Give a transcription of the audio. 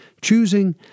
choosing